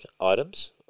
items